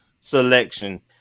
selection